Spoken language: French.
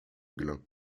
glun